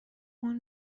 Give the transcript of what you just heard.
اون